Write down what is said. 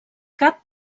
cap